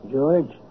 George